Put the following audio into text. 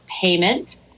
payment